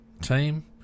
team